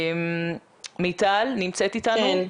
מיטל, שלום.